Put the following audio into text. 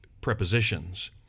prepositions